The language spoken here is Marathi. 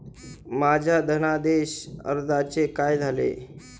माझ्या धनादेश अर्जाचे काय झाले?